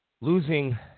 losing